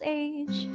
age